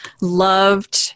loved